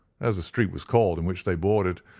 as the street was called in which they boarded,